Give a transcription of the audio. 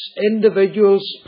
individuals